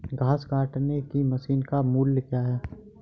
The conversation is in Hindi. घास काटने की मशीन का मूल्य क्या है?